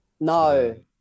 No